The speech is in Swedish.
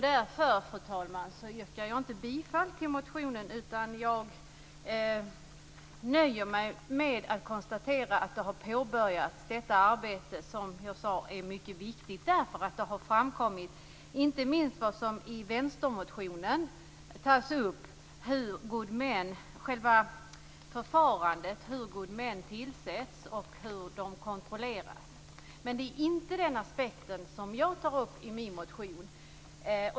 Därför, fru talman, yrkar jag inte bifall till motionen, utan jag nöjer mig med att konstatera att detta arbete har påbörjats. Det är, som jag sade, mycket viktigt, inte minst det som tas upp i vänstermotionen, själva förfarandet, hur gode män tillsätts och hur de kontrolleras. Men det är inte den aspekten jag tar upp i min motion.